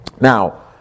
Now